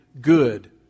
good